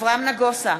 אברהם נגוסה,